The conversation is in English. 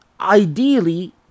ideally